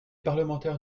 parlementaires